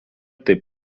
taip